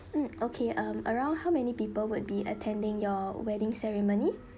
mm okay um around how many people would be attending your wedding ceremony